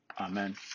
Amen